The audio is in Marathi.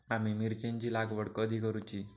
आम्ही मिरचेंची लागवड कधी करूची?